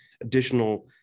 additional